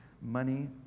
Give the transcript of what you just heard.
money